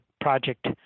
project